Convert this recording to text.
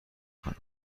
کنم